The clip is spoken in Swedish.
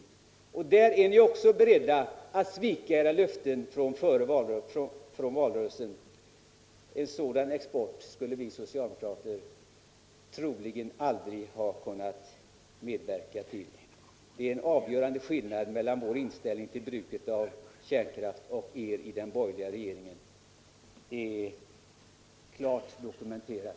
I detta sammanhang är ni också beredda att svika era löften från valrörelsen. En sådan export skulle vi socialdemokrater troligen aldrig ha kunnat medverka till. Det är en avgörande skillnad mellan vår inställning till bruket av kärnkraft och er i den borgerliga regeringen; det är klart dokumenterat.